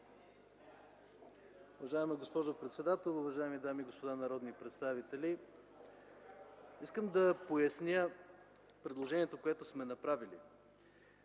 Уважаема госпожо председател, уважаеми дами и господа народни представители! Искам да поясня предложението, което сме направили